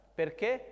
perché